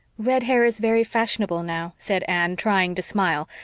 red hair is very fashionable now, said anne, trying to smile,